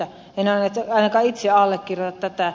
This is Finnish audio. en ainakaan itse allekirjoita tätä